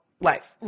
life